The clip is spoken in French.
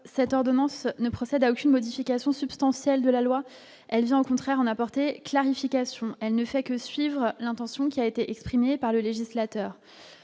cette ordonnance ne procède à aucune modification substantielle de la loi, elles ont au contraire on apporter clarification, elle ne fait que suivre l'intention qui a été exprimée par le législateur,